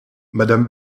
madame